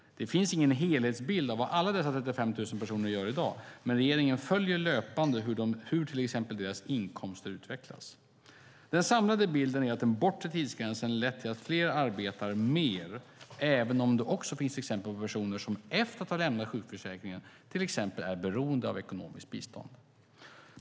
Det finns ingen helhetsbild av vad alla dessa 35 000 personer gör i dag, men regeringen följer löpande hur till exempel deras inkomster utvecklas. Den samlade bilden är att den bortre tidsgränsen lett till att fler arbetar mer även om det också finns exempel på personer som efter att ha lämnat sjukförsäkringen är beroende av ekonomiskt bistånd.